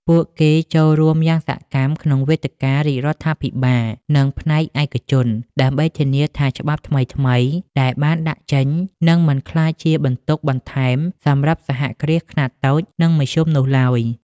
ពួកគេចូលរួមយ៉ាងសកម្មក្នុងវេទិការាជរដ្ឋាភិបាល និងផ្នែកឯកជន ដើម្បីធានាថាច្បាប់ថ្មីៗដែលបានដាក់ចេញ នឹងមិនក្លាយជាបន្ទុកបន្ថែមសម្រាប់សហគ្រាសខ្នាតតូច និងមធ្យមនោះឡើយ។